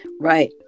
Right